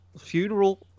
funeral